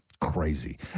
crazy